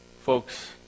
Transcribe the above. Folks